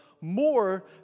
more